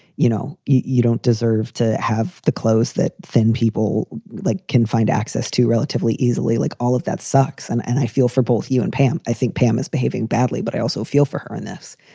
you know, you don't deserve to have the clothes that thin people like can find access to relatively easily. like all of that sucks. and and i feel for both you and pam. i think pam is behaving badly, but i also feel for her in this.